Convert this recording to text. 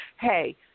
hey